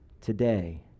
Today